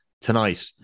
tonight